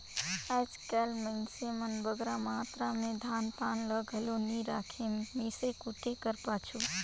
आएज काएल मइनसे मन बगरा मातरा में धान पान ल घलो नी राखें मीसे कूटे कर पाछू